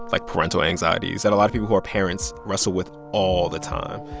like, parental anxieties that a lot of people who are parents wrestle with all the time.